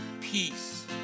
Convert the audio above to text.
peace